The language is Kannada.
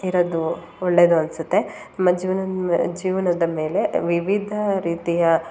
ಇರೋದು ಒಳ್ಳೆಯದು ಅನಿಸುತ್ತೆ ನಮ್ಮ ಜೀವ್ನದ ಜೀವನದ ಮೇಲೆ ವಿವಿಧ ರೀತಿಯ